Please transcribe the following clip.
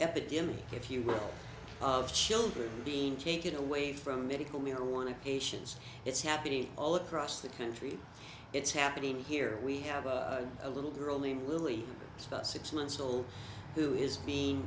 epidemic if you will of children being taken away from medical marijuana patients it's happening all across the country it's happening here we have a a little girl named lily about six months old who is being